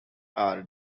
are